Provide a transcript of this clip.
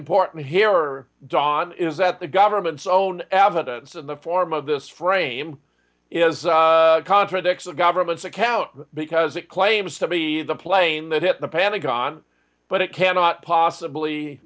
important here or don is that the government's own evidence in the form of this frame is contradicts the government's account because it claims the plane that hit the panic on but it cannot possibly